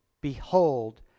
behold